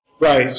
Right